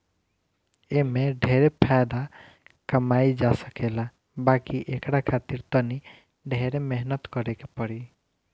एमे ढेरे फायदा कमाई जा सकेला बाकी एकरा खातिर तनी ढेरे मेहनत करे के पड़ी